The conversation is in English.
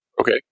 Okay